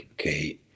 okay